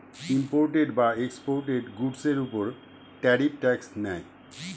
imported বা exported গুডসের উপর ট্যারিফ ট্যাক্স নেয়